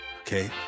Okay